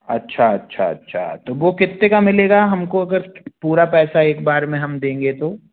अच्छा अच्छा अच्छा तो वह कितने का मिलेगा हमको अगर पूरा पैसा एक बार में हम देंगे तो